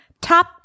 top